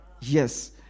Yes